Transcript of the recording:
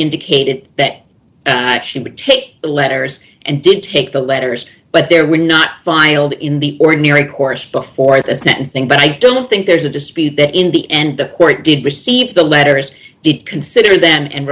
indicated that she would take the letters and did take the letters but there were not final that in the ordinary course before the sentencing but i don't think there's a dispute that in the end the court did receive the letters did consider then and